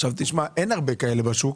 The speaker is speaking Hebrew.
עכשיו תשמע, אין הרבה כאלה בשוק